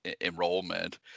enrollment